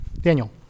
Daniel